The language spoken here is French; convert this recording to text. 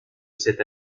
cet